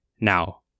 Now